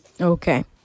Okay